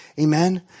Amen